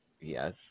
Yes